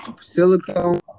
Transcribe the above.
silicone